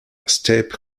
steppe